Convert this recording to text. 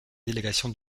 délégation